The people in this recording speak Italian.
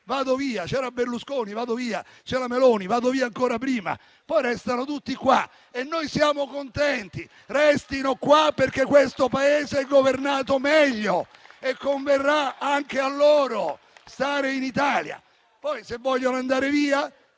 partenze. C'era Berlusconi, vado via; c'è la Meloni, vado via ancora prima. Poi restano tutti qua e noi siamo contenti; restino qua perché questo Paese è governato meglio e converrà anche a loro stare in Italia. Se poi vogliono andare via,